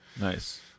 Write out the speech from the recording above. nice